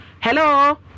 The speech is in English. Hello